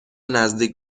نزدیک